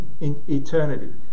eternity